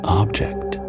object